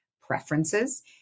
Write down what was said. preferences